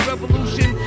Revolution